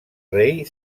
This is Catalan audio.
rei